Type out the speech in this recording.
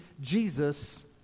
jesus